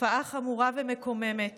תופעה חמורה ומקוממת